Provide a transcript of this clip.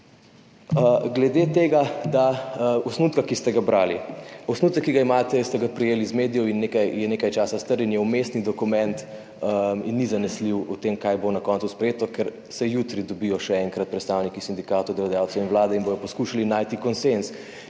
Glede tega osnutka, ki ste ga brali. Osnutek, ki ga imate, ste prejeli iz medijev, je nekaj časa star in je vmesni dokument in ni zanesljiv v tem, kaj bo na koncu sprejeto, ker se jutri še enkrat dobijo predstavniki sindikatov, delodajalcev in vlade in bodo poskušali najti konsenz,